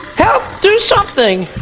help! do something!